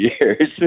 years